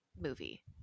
movie